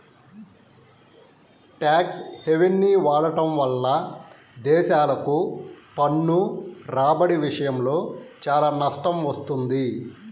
tax హెవెన్ని వాడటం వల్ల దేశాలకు పన్ను రాబడి విషయంలో చాలా నష్టం వస్తుంది